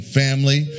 family